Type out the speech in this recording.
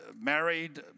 married